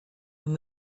and